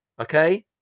Okay